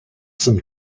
some